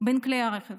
בין כלי הרכב.